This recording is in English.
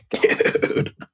Dude